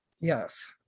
Yes